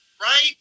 right